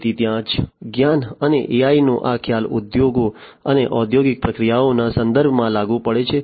તેથી ત્યાં જ જ્ઞાન અને AIનો આ ખ્યાલ ઉદ્યોગો અને ઔદ્યોગિક પ્રક્રિયાઓના સંદર્ભમાં લાગુ પડે છે